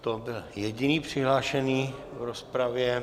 To byl jediný přihlášený v rozpravě.